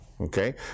Okay